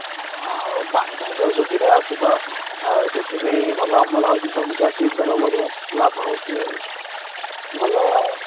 ହଁ ହଉ ପାଣି ଫାଣି ସବୁ ସୁବିଧା ଅଛି ତ ଆଉ ସେଥିପାଇଁ ଭଲ ଅମଳ ହେଉଛି ସବୁ ଚାଷୀଙ୍କର ବଢ଼ିଆ ଲାଭ ହେଉଛି ଆଉ ଭଲ